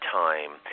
time